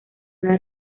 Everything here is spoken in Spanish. una